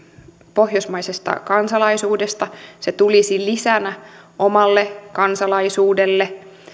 pohjoismaisesta kansalaisuudesta se tulisi lisänä omalle kansalaisuudelle